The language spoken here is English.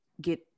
get